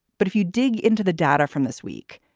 but if you dig into the data from this week,